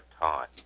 time